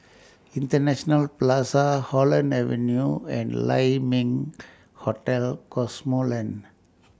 International Plaza Holland Avenue and Lai Ming Hotel Cosmoland